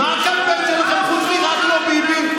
מה הקמפיין שלכם חוץ מ"רק לא ביבי"?